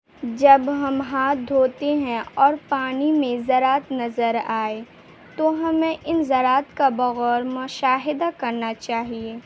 جب ہم ہاتھ دھوتے ہیں اور پانی میں زراعت نظر آئے تو ہمیں ان زراعت کا بغور مشاہدہ کرنا چاہیے